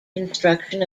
construction